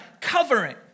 covering